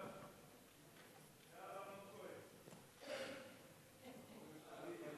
כהצעת הוועדה, נתקבל.